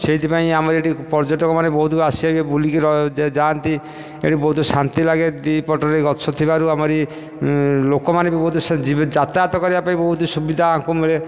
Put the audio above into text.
ସେଇଥିପାଇଁ ଆମର ଏଇଠି ପର୍ଯ୍ୟଟକ ମାନେ ବହୁତ ଆସିକି ବୁଲିକି ଯାଆନ୍ତି ଏଇଠି ବହୁତ ଶାନ୍ତି ଲାଗେ ଦୁଇପଟରେ ଗଛ ଥିବାରୁ ଆମର ଲୋକମାନେ ବି ବହୁତ ଯାତାୟତ କରିବାପାଇଁ ବହୁତ ସୁବିଧା ତାଙ୍କୁ ମିଳେ